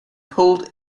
pulled